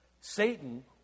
Satan